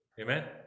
Amen